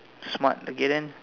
smart okay then